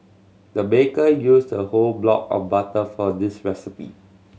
the baker used a whole block of butter for this recipe